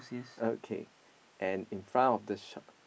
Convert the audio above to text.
okay and in front of the shop